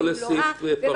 לא לסעיף פרטני.